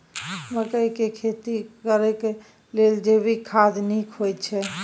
मकई के खेती करेक लेल जैविक खाद नीक होयछै?